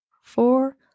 four